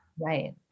Right